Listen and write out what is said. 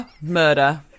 murder